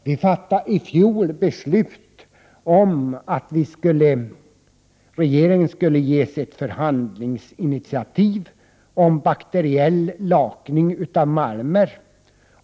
Vi fattade i fjol beslut om att regeringen skulle ges möjlighet till ett förhandlingsinitiativ om bakteriell lakning av malm.